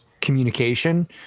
communication